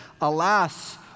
Alas